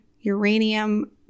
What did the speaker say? uranium